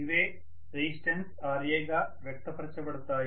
ఇవే resistance Ra గా వ్యక్తపరచబడతాయి